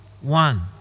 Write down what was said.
One